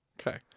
Okay